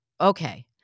okay